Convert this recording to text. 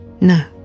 No